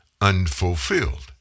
unfulfilled